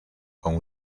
con